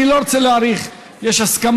אני לא רוצה להאריך, יש הסכמה.